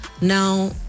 Now